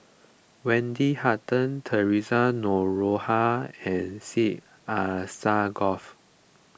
Wendy Hutton theresa Noronha and Syed Alsagoff